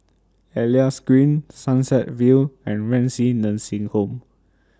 Elias Green Sunset View and Renci Nursing Home